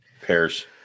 pairs